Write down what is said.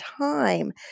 time